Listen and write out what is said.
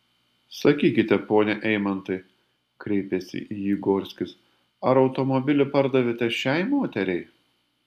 sakykite pone eimantai kreipėsi į jį gorskis ar automobilį pardavėte šiai moteriai